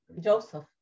Joseph